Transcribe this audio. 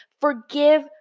forgive